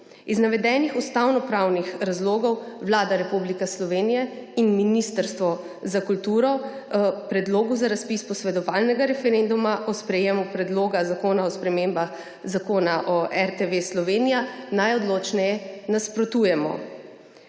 Iz navedenih ustavnopravnih razlogov Vlada Republike Slovenije in Ministrstvo za kulturo Predlogu za razpis posvetovalnega referenduma po sprejetju Predloga zakona o spremembah Zakona o RTV Slovenija najodločneje nasprotujemo.